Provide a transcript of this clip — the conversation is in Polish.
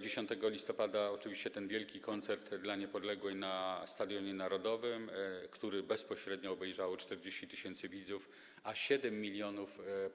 10 listopada oczywiście wielki „Koncert dla Niepodległej” na Stadionie Narodowym, który bezpośrednio obejrzało 40 tys. widzów, a 7 mln